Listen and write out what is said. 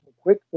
quick